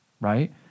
right